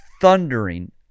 thundering